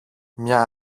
μια